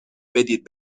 بدید